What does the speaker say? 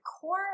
core